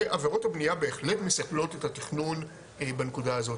ועבירות הבנייה בהחלט מסכלות את התכנון בנקודה הזאת.